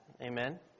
Amen